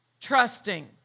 trusting